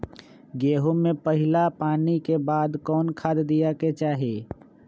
गेंहू में पहिला पानी के बाद कौन खाद दिया के चाही?